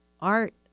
art